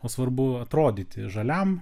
o svarbu atrodyti žaliam